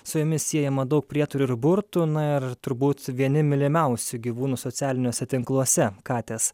su jomis siejama daug prietarų ir burtų na ir turbūt vieni mylimiausių gyvūnų socialiniuose tinkluose katės